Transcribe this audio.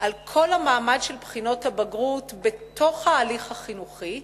על כל המעמד של בחינות הבגרות בתוך ההליך החינוכי,